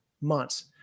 months